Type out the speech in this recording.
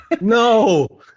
No